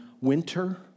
winter